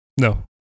No